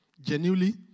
Genuinely